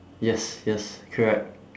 yes yes correct